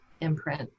imprint